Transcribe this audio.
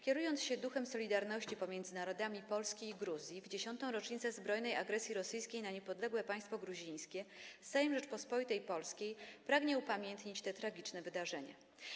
Kierując się duchem solidarności pomiędzy narodami Polski i Gruzji, w 10. rocznicę zbrojnej agresji rosyjskiej na niepodległe państwo gruzińskie, Sejm Rzeczypospolitej Polskiej pragnie upamiętnić te tragiczne wydarzenia.